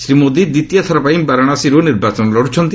ଶ୍ରୀ ମୋଦି ଦ୍ୱିତୀୟ ଥରପାଇଁ ବାରାଣସୀରୁ ନିର୍ବାଚନ ଲଢୁଛନ୍ତି